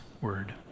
word